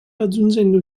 raggiungendo